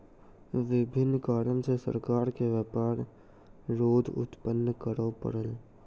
विभिन्न कारण सॅ सरकार के व्यापार रोध उत्पन्न करअ पड़ल